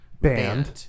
band